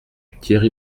thierry